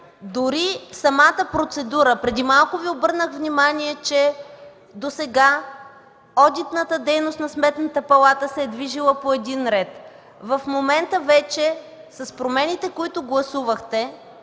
дори самата процедура. Преди малко Ви обърнах внимание, че досега одитната дейност на Сметната палата се е движила по един ред. В момента с промените, които гласувахте,